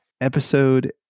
episode